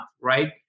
right